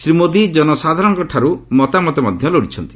ଶ୍ରୀ ମୋଦି ଜନସାଧାରଣଙ୍କଠାରୁ ମଧ୍ୟ ମତାମତ ଲୋଡ଼ିଛନ୍ତି